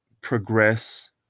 progress